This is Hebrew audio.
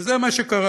וזה מה שקרה.